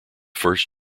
first